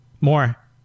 more